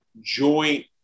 joint